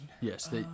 Yes